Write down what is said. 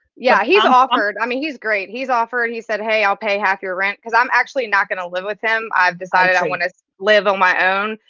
yeah, he's offered, i mean, he's great. he's offered he said, hey, i'll pay half your rent. cause i'm actually not going to live with him. i've decided i want to live on my own.